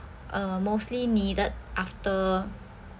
uh mostly needed after